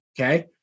okay